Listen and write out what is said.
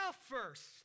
first